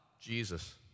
Jesus